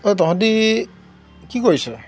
ঐ তহঁতি কি কৰিছ